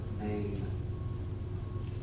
name